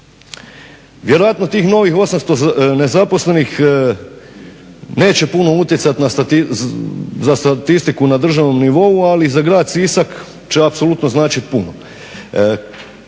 Vjerojatno tih novih 800 nezaposlenih neće puno utjecati na statistiku na državnom nivou ali za grad Sisak će apsolutno značiti puno.